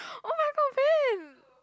oh-my-god van